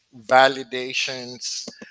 validations